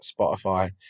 Spotify